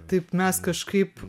taip mes kažkaip